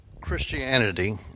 Christianity